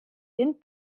den